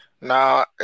Now